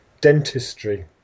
dentistry